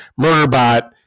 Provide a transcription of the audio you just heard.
Murderbot